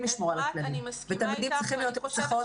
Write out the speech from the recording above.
לשמור על הכללים ותלמידים צריכים להיות עם מסיכות.